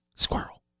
squirrel